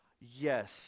Yes